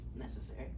necessary